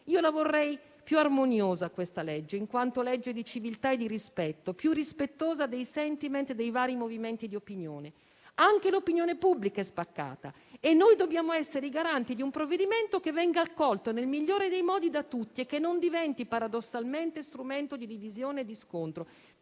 questa legge più armoniosa in quanto legge di civiltà e di rispetto, più rispettosa dei *sentiment* dei vari movimenti di opinione. Anche l'opinione pubblica è spaccata e noi dobbiamo essere i garanti di un provvedimento che venga accolto nel migliore dei modi da tutti e che non diventi paradossalmente strumento di divisione e di scontro.